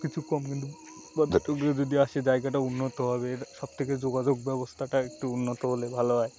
কিছু কম কিন্তু পর্যটকরা যদি আসে জায়গাটা উন্নত হবে সব থেকে যোগাযোগ ব্যবস্থাটা একটু উন্নত হলে ভালো হয়